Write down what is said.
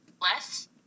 less